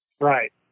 right